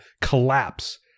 collapse